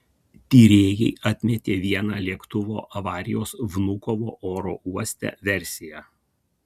tyrėjai atmetė vieną lėktuvo avarijos vnukovo oro uoste versiją